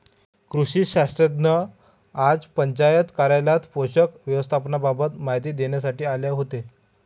कृषी शास्त्रज्ञ आज पंचायत कार्यालयात पोषक व्यवस्थापनाबाबत माहिती देण्यासाठी आले होते